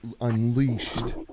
unleashed